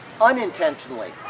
unintentionally